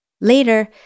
Later